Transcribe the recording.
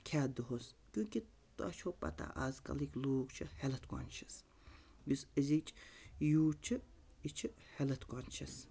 کھٮ۪تھ دۄہَس کیونکہ تۄہہِ چھو پَتہ اَزکَلٕکۍ لوٗکھ چھِ ہٮ۪لٕتھ کانشِیَس یُس أزِچ یوٗتھ چھِ یہِ چھِ ہٮ۪لٕتھ کانشِیَس